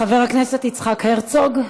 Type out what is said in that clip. חברת הכנסת יצחק הרצוג,